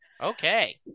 okay